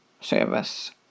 service